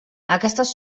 aquestes